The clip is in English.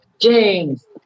James